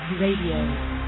Radio